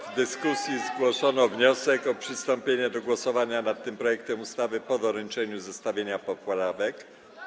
W dyskusji zgłoszono wniosek o przystąpienie do głosowania nad tym projektem ustawy po doręczeniu zestawienia poprawek.